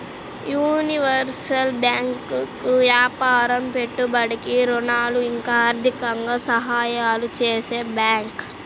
universal bank వ్యాపారం పెట్టుబడికి ఋణాలు ఇంకా ఆర్థికంగా సహాయాలు చేసే బ్యాంకు